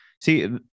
see